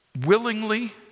Willingly